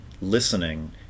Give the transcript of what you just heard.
listening